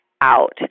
out